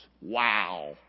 Wow